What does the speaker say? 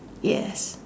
yes